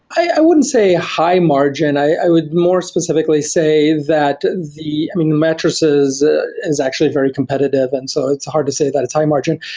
i wouldn't say high margin, i would more specifically say that the i mean, the mattresses is actually a very competitive and so it's hard to say that it's high margin.